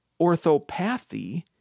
Orthopathy